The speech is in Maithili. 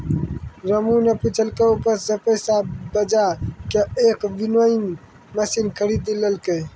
रामू नॅ पिछलो उपज सॅ पैसा बजाय कॅ एक विनोइंग मशीन खरीदी लेलकै